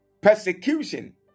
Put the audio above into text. persecution